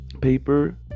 paper